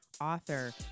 author